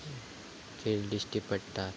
खेळ दिश्टी पडटा